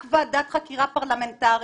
רק ועדת חקירה פרלמנטרית,